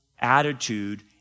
attitude